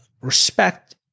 respect